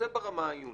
זה ברמה העיונית.